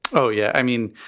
oh, yeah. i mean,